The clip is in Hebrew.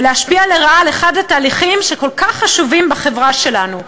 ולהשפיע לרעה על אחד מהתהליכים שכל כך חשובים בחברה שלנו: